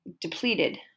depleted